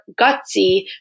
gutsy